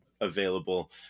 available